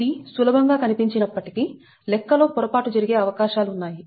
ఇది సులభం గా కనిపించినప్పటికీ లెక్క లో పొరపాటు జరిగే అవకాశాలున్నాయి